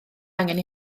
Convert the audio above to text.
angen